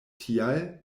tial